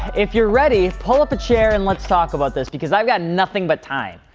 if you're ready, pull up a chair and let's talk about this, because i've got nothing but time.